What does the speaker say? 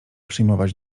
przyjmować